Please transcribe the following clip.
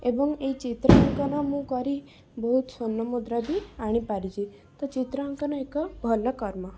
ଏବଂ ଏଇ ଚିତ୍ରାଙ୍କନ ମୁଁ କରି ବହୁତ ସ୍ବର୍ଣ୍ଣ ମୁଦ୍ରା ବି ଆଣି ପାରିଛି ତ ଚିତ୍ରାଙ୍କନ ଏକ ଭଲ କର୍ମ